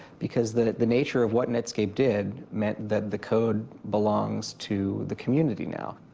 because the the nature of what netscape did meant that the code belongs to the community now.